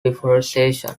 deforestation